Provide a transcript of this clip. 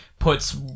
puts